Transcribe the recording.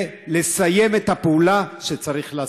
ולסיים את הפעולה שצריך לעשות.